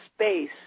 space